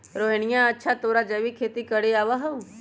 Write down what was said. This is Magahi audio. रोहिणीया, अच्छा तोरा जैविक खेती करे आवा हाउ?